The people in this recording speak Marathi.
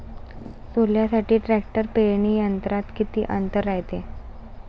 सोल्यासाठी ट्रॅक्टर पेरणी यंत्रात किती अंतर रायते?